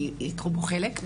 וייקחו בו חלק.